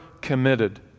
committed